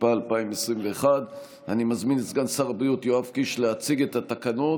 התשפ"א 2021. אני מזמין את סגן שר הבריאות יואב קיש להציג את התקנות,